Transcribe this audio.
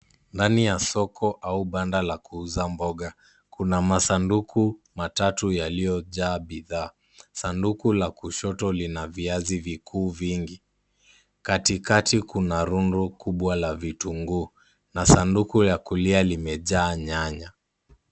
Ndani ya soko au banda la kuuza mboga, kuna masanduku matatu yaliyojaa bidhaa. Sanduku la kushoto lina viazi vikuu vingi. Katikati kuna rundo kubwa la vitunguu, na sanduku la kulia limejaa nyanya.